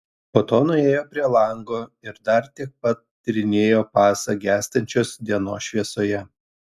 po to nuėjo prie lango ir dar tiek pat tyrinėjo pasą gęstančios dienos šviesoje